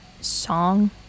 song